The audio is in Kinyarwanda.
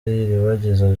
iribagiza